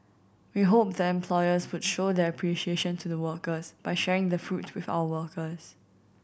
we hope the employers would show their appreciation to the workers by sharing the fruit with our workers